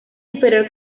inferior